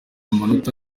amanota